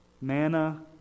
Manna